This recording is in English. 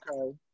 Okay